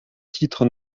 titres